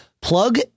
Plug